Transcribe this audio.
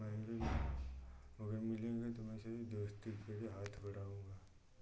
मैं भी अगर मिलेंगे तो मैं ऐसे ही दोस्ती के लिए हाथ बढ़ाऊँगा